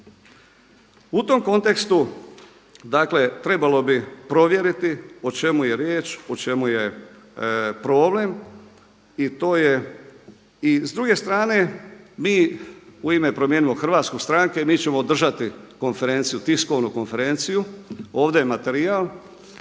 U tom kontekstu dakle trebalo bi provjeriti o čemu je riječ, o čemu je problem. S druge strane mi u ime Promijenimo Hrvatsku stranke, mi ćemo održati konferenciju, tiskovnu konferenciju, ovdje je materijal